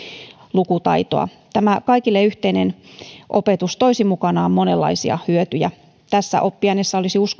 lukutaitoa tämä kaikille yhteinen opetus toisi mukanaan monenlaisia hyötyjä tässä oppiaineessa olisi